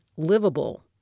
Livable